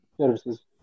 services